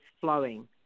flowing